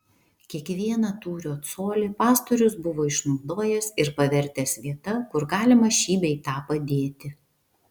kiekvieną tūrio colį pastorius buvo išnaudojęs ir pavertęs vieta kur galima šį bei tą padėti